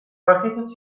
راکت